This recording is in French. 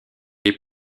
est